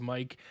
Mike